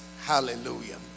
hallelujah